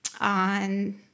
on